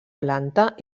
planta